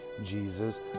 Jesus